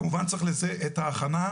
כמובן צריך לזה את ההכנה,